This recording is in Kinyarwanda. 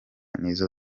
nizo